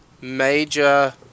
major